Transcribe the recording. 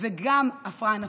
וגם הפרעה נפשית,